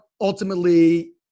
ultimately